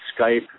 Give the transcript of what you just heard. Skype